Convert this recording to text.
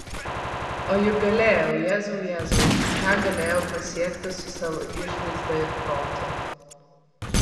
o juk galėjau jėzau jėzau ką galėjau pasiekti su savo išvaizda ir protu